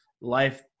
life